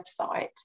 website